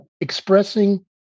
expressing